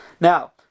Now